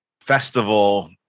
festival